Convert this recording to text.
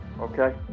Okay